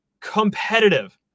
competitive